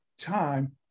time